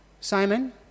Simon